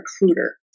recruiter